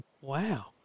Wow